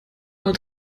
mal